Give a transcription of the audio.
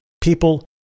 People